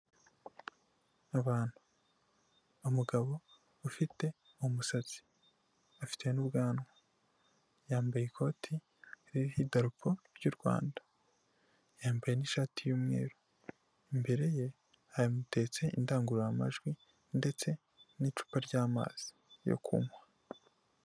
Abantu, umugabo ufite umusatsi, afite n'ubwanwa, yambaye ikoti ririho idarapo ry'Urwanda, yambaye n'ishati y'umweru, imbere ye hamuteretse indangururamajwi ndetse n'icupa ry'amazi yo kunywa.